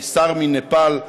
שר מנפאל,